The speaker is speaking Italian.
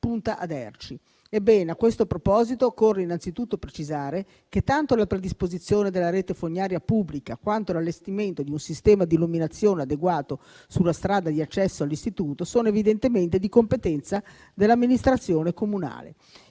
Punta Aderci. Ebbene, a questo proposito, occorre innanzitutto precisare che tanto la predisposizione della rete fognaria pubblica quanto l'allestimento di un sistema di illuminazione adeguato sulla strada di accesso all'istituto sono evidentemente di competenza dell'amministrazione comunale.